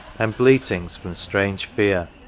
and bleatings from strange fear.